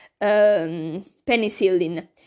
penicillin